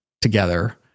together